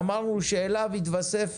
אמרנו שאליו התווסף